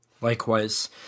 Likewise